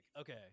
Okay